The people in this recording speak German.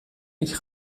nicht